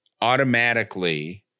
automatically